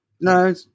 No